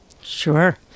Sure